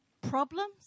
problems